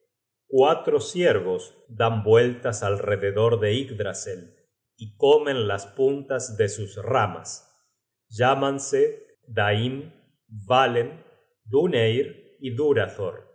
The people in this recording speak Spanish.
cuatro ciervos dan vueltas alrededor de yggdrasel y comen las puntas de sus ramas llámanse daim dvalen dunneyr y